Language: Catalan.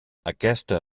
aquesta